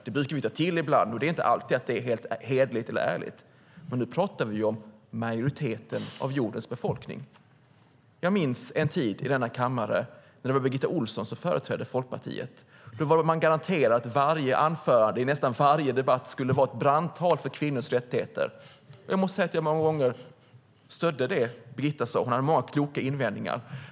Det brukar vi ta till ibland, och det är inte alltid helt hederligt eller ärligt. Men nu talar vi om majoriteten av jordens befolkning. Jag minns en tid i denna kammare när det var Birgitta Ohlsson som företrädde Folkpartiet. Då var man garanterad att varje anförande i nästan varje debatt skulle vara ett brandtal för kvinnors rättigheter. Jag måste säga att jag många gånger stödde det som Birgitta sade. Hon hade många kloka invändningar.